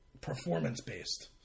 performance-based